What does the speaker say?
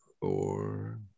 four